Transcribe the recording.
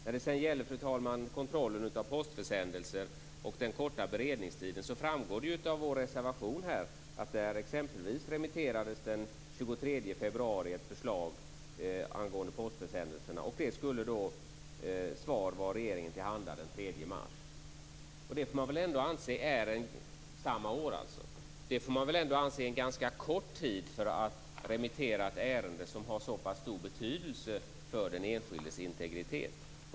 När det gäller kontrollen av postförsändelser och den korta beredningstiden framgår det av vår reservation att ett förslag angående postförsändelserna remitterades den 23 februari och svar skulle vara regeringen till handa den 23 mars samma år. Det får man väl anse vara en kort tid för att remittera ett ärende som har så stor betydelse för den enskildes integritet.